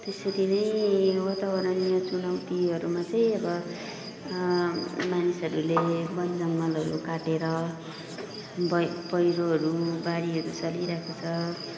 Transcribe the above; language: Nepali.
त्यसरी नै वातावरणीय चुनौतीहरू मा चाहिँ अब मानिसहरूले बन जङ्गलहरू काटेर पै पहिरोहरू बाढीहरू चलिरहेको छ